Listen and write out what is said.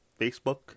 Facebook